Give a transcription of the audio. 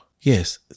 yes